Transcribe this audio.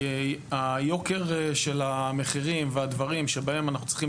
יוקר המחירים והדברים שבהם אנחנו צריכים